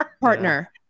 partner